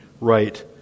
right